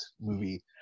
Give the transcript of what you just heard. movie